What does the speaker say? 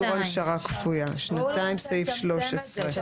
שנתיים לסעיף 13. ננסה לצמצם את זה.